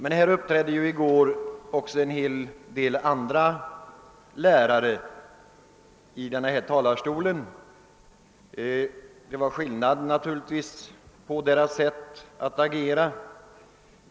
En hel del andra »lärare» uppträdde emellertid i går i denna talarstol. Det var naturligtvis skillnader i fråga om deras sätt att agera.